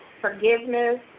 forgiveness